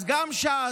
אז גם ש"ס,